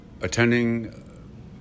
attending